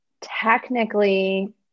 technically